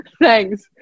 Thanks